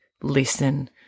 listen